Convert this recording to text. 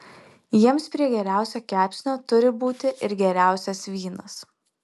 jiems prie geriausio kepsnio turi būti ir geriausias vynas